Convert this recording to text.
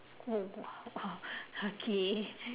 oh !wow! okay